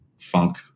funk